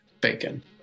Bacon